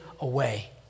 away